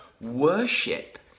worship